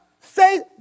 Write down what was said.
Say